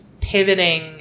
pivoting